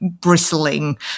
bristling